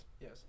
Yes